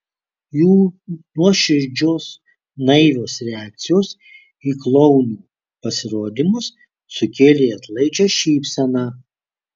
jų nuoširdžios naivios reakcijos į klounų pasirodymus sukėlė atlaidžią šypseną